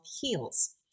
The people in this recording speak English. heals